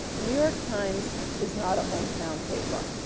the new york times is not a hometown paper.